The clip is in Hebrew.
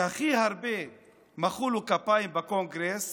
שהכי הרבה מחאו לו כפיים בקונגרס